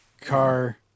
car